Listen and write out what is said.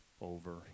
over